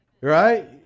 right